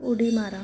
उडी मारा